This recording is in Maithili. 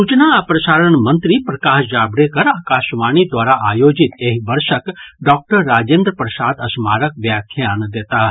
सूचना आ प्रसारण मंत्री प्रकाश जावड़ेकर आकाशवाणी द्वारा आयोजित एहि वर्षक डॉक्टर राजेन्द्र प्रसाद स्मारक व्याख्यान देताह